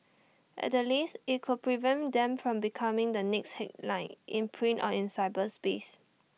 at the least IT could prevent them from becoming the next headline in print or in cyberspace